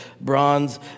bronze